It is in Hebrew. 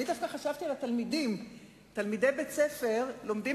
אני דווקא חשבתי על תלמידי בית-ספר שלומדים